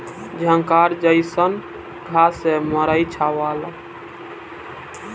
झंखार जईसन घास से मड़ई छावला